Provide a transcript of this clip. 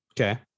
Okay